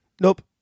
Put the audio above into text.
Nope